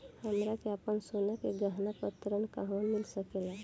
हमरा के आपन सोना के गहना पर ऋण कहवा मिल सकेला?